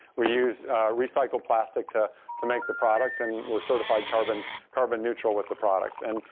we use recycled plastic to to make the product and we're certified carbon carbon neutral with the product. and,